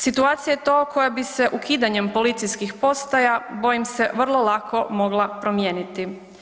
Situacija je to koja bi se ukidanjem policijskih postaja bojim se vrlo lako mogla promijeniti.